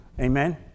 Amen